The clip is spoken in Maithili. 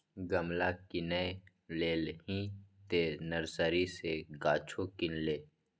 गमला किनिये लेलही तँ नर्सरी सँ गाछो किन ले